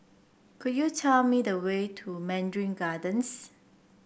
could you tell me the way to Mandarin Gardens